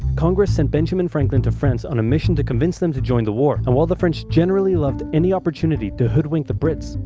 congress sent benjamin franklin to france on a mission to convince them to join the war. and while the french generally loved any opportunity to hoodwink the brits,